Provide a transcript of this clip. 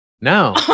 no